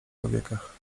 powiekach